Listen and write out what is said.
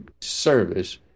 service